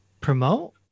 promote